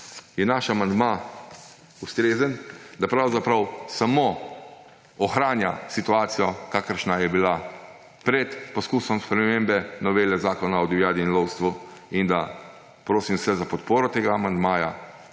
je naš amandma ustrezen, da pravzaprav samo ohranja situacijo, kakršna je bila pred poskusom spremembe novele Zakona o divjadi in lovstvu, in da prosim vse za podporo temu amandmaju.